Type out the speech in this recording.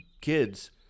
kids